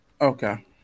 Okay